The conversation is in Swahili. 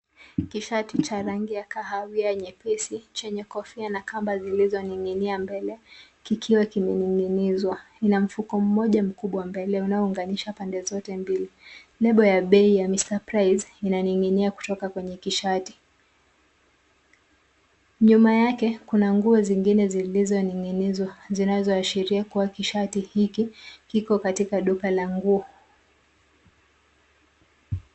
Kishati cha rangi ya kahawia nyepesi chenye kofia na kamba zilizoning'inia mbele kikiwa kimeninginizwa ina mfuko mmoja mkubwa mbele unaounganisha pande zote mbili lebo ya bei ya Mr price inaning'inia kutoka kwenye Kishati, nyuma yake kuna nguo zingine zilizoningwa zinazoashiria kuwa kishati hiki kiko katika duka la nguo.